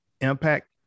impact